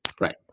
Right